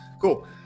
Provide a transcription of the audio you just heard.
Cool